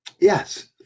yes